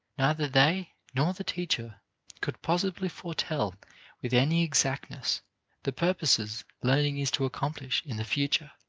neither they nor the teacher could possibly foretell with any exactness the purposes learning is to accomplish in the future